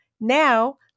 Now